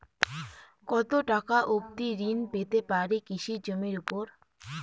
কত টাকা অবধি ঋণ পেতে পারি কৃষি জমির উপর?